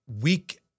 weak